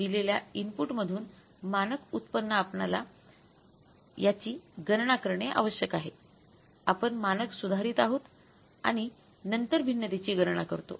दिलेल्या इनपुट मधून मानक उत्पन्न आपणाला याची गणना करणे आवश्यक आहे आपण मानक सुधारित आहोत आणि नंतर भिन्नतेची गणना करतो